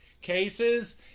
cases